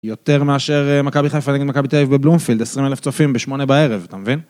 יותר מאשר מכבי חיפה, נגיד מכבי תל-אביב בבלוםפילד, 20,000 צופים בשמונה בערב, אתה מבין?